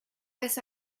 vez